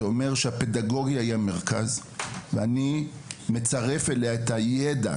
זה אומר שהפדגוגיה היא המרכזת ואני מצרף אליה את הידע,